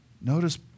Notice